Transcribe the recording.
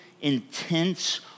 intense